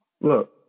Look